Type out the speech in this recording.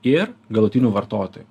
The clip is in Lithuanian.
ir galutinių vartotojų